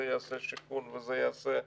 זה יעשה שיקול וזה יעשה זה,